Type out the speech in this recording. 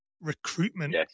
recruitment